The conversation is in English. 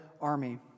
army